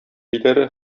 биләре